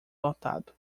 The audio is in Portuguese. lotado